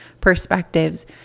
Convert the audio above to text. perspectives